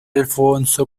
alfonso